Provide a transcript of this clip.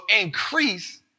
increase